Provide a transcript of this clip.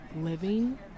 living